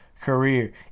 career